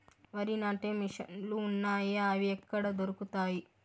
వరి నాటే మిషన్ ను లు వున్నాయా? అవి ఎక్కడ దొరుకుతాయి?